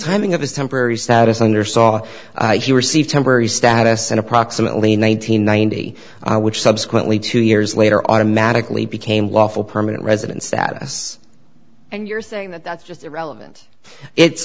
timing of his temporary status under saw he received temporary status and approximately nine hundred ninety which subsequently two years later automatically became lawful permanent resident status and you're saying that's just irrelevant it's